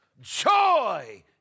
joy